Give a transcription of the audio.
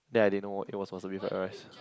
then I didn't know what it was wasabi fried rice